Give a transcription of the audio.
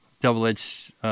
double-edged